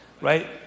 right